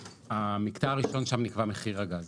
המקטע הראשון, שם נקבע מחיר הגז.